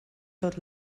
tot